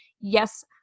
yes